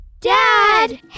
Dad